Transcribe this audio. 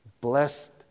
blessed